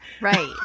Right